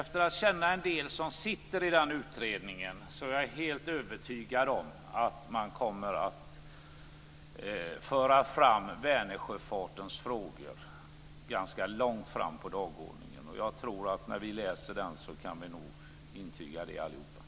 Jag känner en del av dem som sitter i denna utredning, och jag är helt övertygad om att man kommer att föra Vänersjöfartens frågor ganska långt fram på dagordningen. När vi läser utredningen tror jag att vi kan intyga det allihop.